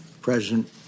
President